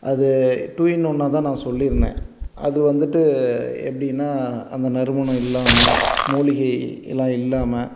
அது two in ஒன்னாக தான் நான் சொல்லியிருந்தேன் அது வந்துட்டு எப்படின்னா அந்த நறுமணம் இல்லாமல் மூலிகையெல்லாம் இல்லாமல்